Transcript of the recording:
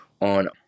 on